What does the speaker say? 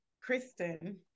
Kristen